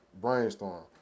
brainstorm